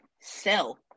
sell